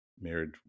marriage